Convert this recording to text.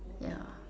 yeah